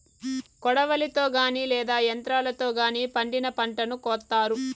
కొడవలితో గానీ లేదా యంత్రాలతో గానీ పండిన పంటను కోత్తారు